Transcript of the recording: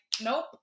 nope